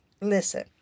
Listen